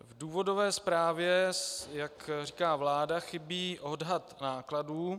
V důvodové zprávě, jak říká vláda, chybí odhad nákladů.